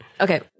Okay